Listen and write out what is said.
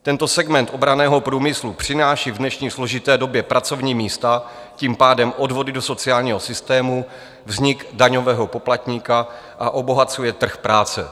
Tento segment obranného průmyslu přináší v dnešní složité době pracovní místa, tím pádem odvody do sociálního systému, vznik daňového poplatníka, a obohacuje trh práce.